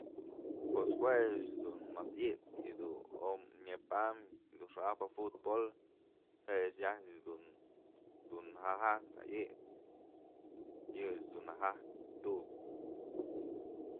Pues jue ëch dun mas ëyëpyë yëdun omyë ñep am yëdun xa'ajpë futbol je'e ajtyë dun na jajpyë ëyëk yëch dun ja jayp tu'uk.